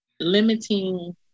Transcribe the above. limiting